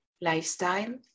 lifestyle